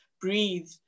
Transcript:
Breathe